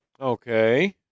Okay